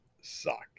suck